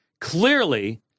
Clearly